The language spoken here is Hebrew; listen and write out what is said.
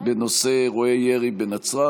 בנושא: אירועי ירי בנצרת.